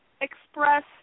express